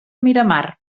miramar